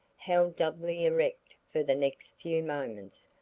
held doubly erect for the next few moments,